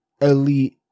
elite